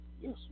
yes